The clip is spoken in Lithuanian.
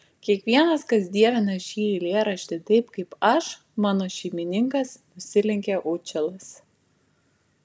kiekvienas kas dievina šį eilėraštį taip kaip aš mano šeimininkas nusilenkė učelas